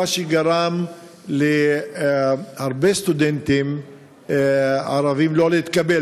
מה שגרם להרבה סטודנטים ערבים לא להתקבל?